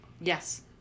Yes